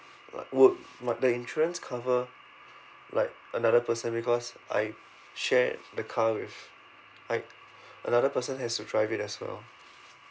like would the insurance cover like another person because I share the cars with like another person has to drive it as well